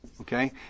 Okay